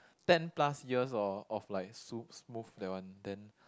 ten plus years hor of like soups smooth that one then